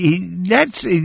thats